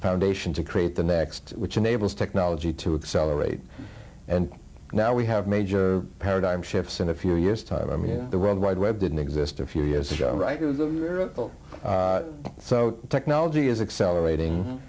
foundation to create the next which enables technology to accelerate and now we have major paradigm shifts in a few years time i mean the world wide web didn't exist a few years ago so technology is accelerating